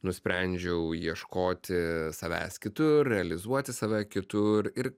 nusprendžiau ieškoti savęs kitur realizuoti save kitur ir